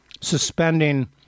suspending